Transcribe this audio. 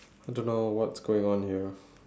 I don't know what's going on here